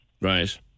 Right